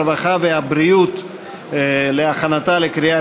הרווחה והבריאות נתקבלה.